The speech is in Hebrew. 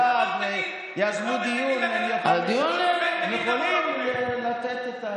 ליום מיוחד, יזמו דיון, הדיון, הם יכולים לתת את,